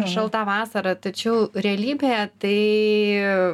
per šalta vasara tačiau realybėje tai